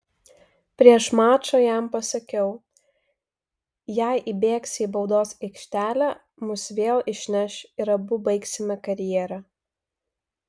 prieš mačą jam pasakiau jei įbėgsi į baudos aikštelę mus vėl išneš ir abu baigsime karjerą